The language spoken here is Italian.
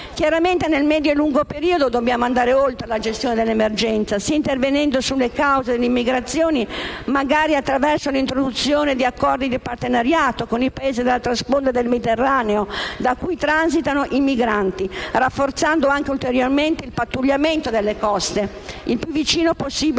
Chiaramente, nel medio-lungo periodo dobbiamo andare oltre la gestione dell'emergenza, intervenendo sulle cause dell'immigrazione, magari attraverso l'introduzione di accordi di partenariato con i Paesi dell'altra sponda del Mediterraneo da cui transitano i migranti, rafforzando anche ulteriormente il pattugliamento delle coste, il più vicino possibile